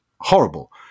horrible